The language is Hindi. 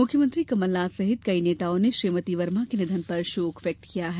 मुख्यमंत्री कमलनाथ सहित कई नेताओं ने श्रीमति वर्मा के निधन पर शोक व्यक्त किया है